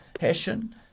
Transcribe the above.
hessian